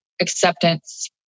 acceptance